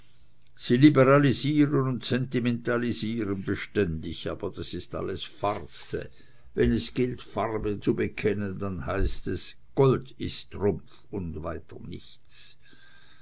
und sentimentalisieren beständig aber das alles ist farce wenn es gilt farbe zu bekennen dann heißt es gold ist trumpf und weiter nichts